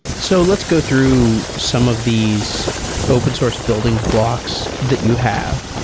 so let's go through some of these open source building blocks that you have.